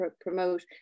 promote